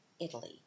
Italy